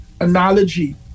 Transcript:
analogy